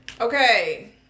Okay